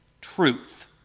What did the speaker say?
truth